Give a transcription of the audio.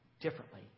differently